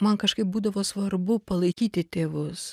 man kažkaip būdavo svarbu palaikyti tėvus